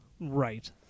Right